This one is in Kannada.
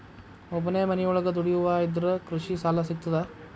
ಒಬ್ಬನೇ ಮನಿಯೊಳಗ ದುಡಿಯುವಾ ಇದ್ರ ಕೃಷಿ ಸಾಲಾ ಸಿಗ್ತದಾ?